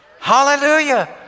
Hallelujah